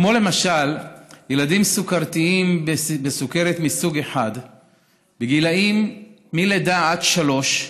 למשל ילדים סוכרתיים בסוכרת מסוג 1 בגילאים מלידה עד שלוש,